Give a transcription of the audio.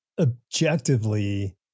Objectively